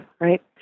right